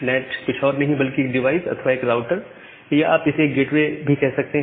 NAT कुछ और नहीं बल्कि एक डिवाइस अथवा एक राउटर या आप इसे एक गेटवे भी कह सकते हैं